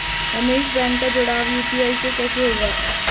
Ramesh bank का जुड़ाव UPI से कैसे होगा?